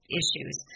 issues